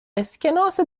اسکناس